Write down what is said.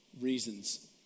reasons